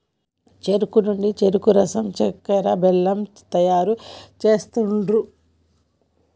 చెరుకు నుండి చెరుకు రసం చెక్కర, బెల్లం తయారు చేస్తాండ్లు